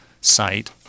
site